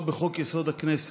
הכנסת.